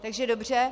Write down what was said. Takže dobře.